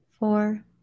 Four